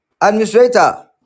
Administrator